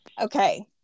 Okay